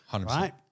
right